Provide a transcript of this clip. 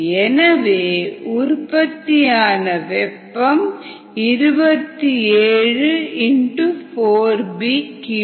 எனவே உற்பத்தியான வெப்பம் 27 Kcal